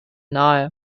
nahe